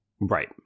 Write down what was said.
Right